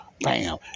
bam